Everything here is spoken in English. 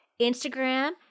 Instagram